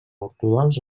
ortodox